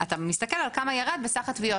אתה מסתכל על כמה ירד בסך התביעות.